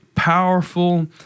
powerful